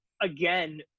again